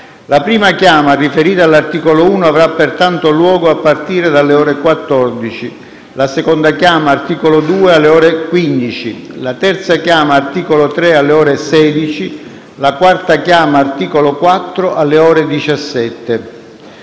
La prima chiama, riferita all'articolo 1, avrà pertanto luogo a partire dalle ore 14, la seconda chiama (articolo 2) alle ore 15, la terza chiama (articolo 3) alle ore 16, la quarta chiama (articolo 4) alle ore 17.